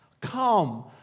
come